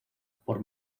por